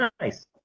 Nice